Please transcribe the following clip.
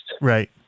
Right